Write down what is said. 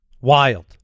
Wild